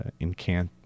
incant